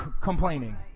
complaining